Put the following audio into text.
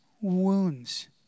wounds